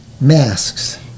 masks